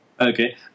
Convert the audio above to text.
Okay